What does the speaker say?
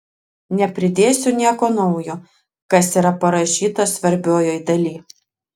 nepridėsiu nieko naujo kas yra parašyta svarbiojoj daly